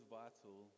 vital